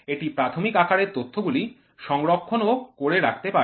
এটি প্রাথমিক আকারে তথ্যগুলি সংরক্ষণও করে রাখতে পারে